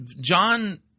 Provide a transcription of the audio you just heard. John